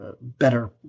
better